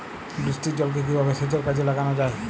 বৃষ্টির জলকে কিভাবে সেচের কাজে লাগানো যায়?